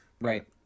Right